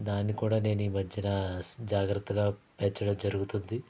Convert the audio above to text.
దాన్ని కూడా నేను ఈ మధ్యన జాగ్రత్తగా పెంచడం జరుగుతుంది